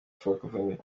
francophonie